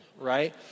right